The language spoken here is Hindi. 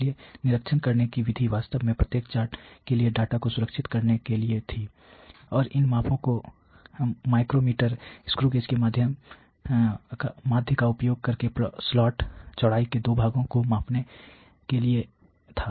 इसलिए निरीक्षण करने की विधि वास्तव में प्रत्येक चार्ट के लिए डेटा को सुरक्षित करने के लिए थी और इन मापों को माइक्रो मीटर स्क्रू गेज माध्य का उपयोग करके स्लॉट चौड़ाई के 2 भागों को मापने के लिए था